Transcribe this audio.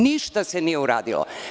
Ništa se nije uradilo.